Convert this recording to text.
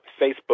Facebook